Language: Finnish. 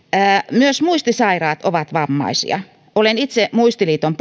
myös muistisairaat ovat vammaisia olen itse muistiliiton